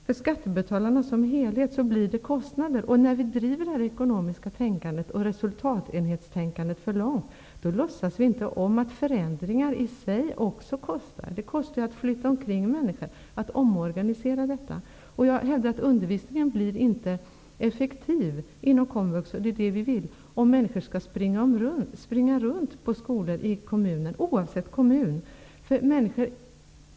För skattebetalarna som helhet blir det kostnader, och när vi driver det ekonomiska tänkandet och resultatenhetstänkandet för långt låtsas vi inte om att det också är en kostnad för själva förändringen. Det kostar att flytta omkring människor och att organisera detta. Jag hävdar att undervisningen inom komvux inte blir så effektiv som vi skulle vilja, om människor skall springa runt till skolor i kommunen, oavsett vilken kommun som det gäller.